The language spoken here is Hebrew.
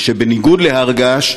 ושבניגוד להר-געש,